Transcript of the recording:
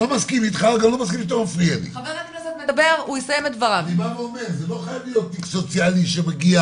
אני בא ואומר, זה לא חייב להיות תיק סוציאלי שמגיע